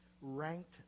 ranked